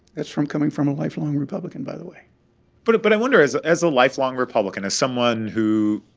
that's from coming from a lifelong republican, by the way but but i wonder, as ah as a lifelong republican, as someone who,